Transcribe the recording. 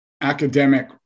academic